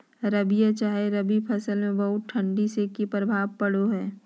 रबिया चाहे रवि फसल में बहुत ठंडी से की प्रभाव पड़ो है?